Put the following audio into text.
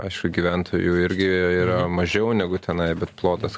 aišku gyventojų irgi yra mažiau negu tenai bet plotas